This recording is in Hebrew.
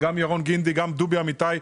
ירון גינדי ודובי אמיתי,